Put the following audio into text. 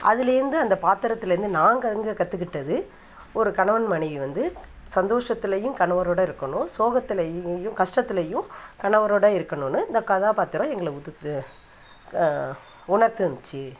அதுலேந்து அந்த பாத்திரத்துலேந்து நாங்கள் அங்கே கற்றுக்கிட்டது ஒரு கணவன் மனைவி வந்து சந்தோஷத்துலையும் கணவரோட இருக்கணும் சோகத்துலைலைலையும் கஷ்டத்துலையும் கணவரோட இருக்கணுன்னு இந்த கதாபாத்திரம் எங்களை உதித்து க உணர்த்துன்ச்சு